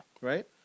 Right